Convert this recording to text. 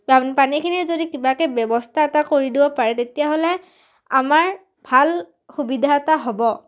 পানীখিনিৰ যদি কিবাকৈ ব্যৱস্থা এটা কৰি দিব পাৰে তেতিয়াহ'লে আমাৰ ভাল সুবিধা এটা হ'ব